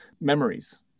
memories